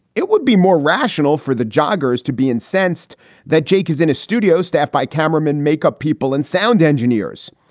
it would be more rational for the joggers to be incensed that jake is in a studio staffed by cameramen, makeup people and sound engineers,